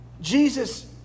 Jesus